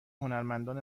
هنرمندان